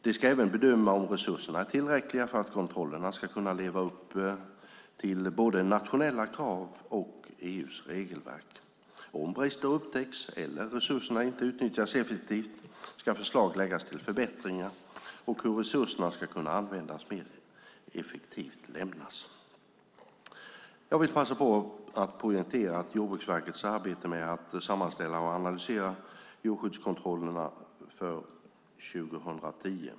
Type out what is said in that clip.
De ska även bedöma om resurserna är tillräckliga för att kontrollerna ska leva upp till både nationella krav och EU:s regelverk. Om brister upptäcks eller resurser inte utnyttjas effektivt ska förslag till förbättringar och hur resurserna kan användas mer effektivt lämnas. Jag vill passa på att poängtera att Jordbruksverket arbetar med att sammanställa och analysera djurskyddskontrollerna för 2010.